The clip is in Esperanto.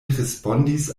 respondis